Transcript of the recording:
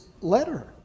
letter